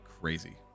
crazy